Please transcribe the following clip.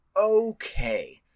Okay